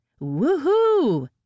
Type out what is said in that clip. Woohoo